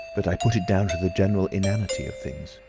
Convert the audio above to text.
but i put it down to the general inanity of things.